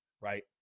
right